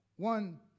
One